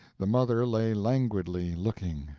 the mother lay languidly looking,